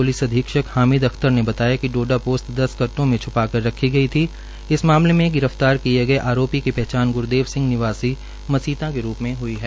police अधीक्षक हामिद अख्तर ने बताया कि डोडा पोस्त् दस कट्टो में छ्पा कर रखी गई थी इस मामले में गिरफ्तार किए गए आरोपी की पहचान ग्रदेव सिंह निवासी गांव मसींता के रूप में हई है